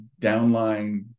downline